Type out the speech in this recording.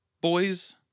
boys